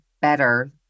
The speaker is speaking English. better